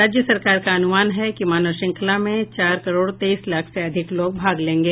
राज्य सरकार का अनुमान है कि मानव श्रृंखला में चार करोड़ तेईस लाख से अधिक लोग भाग लेंगे